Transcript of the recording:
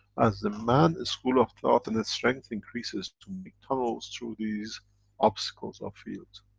as the man school of thought in its strength increases to make tunnels through these obstacles of fields.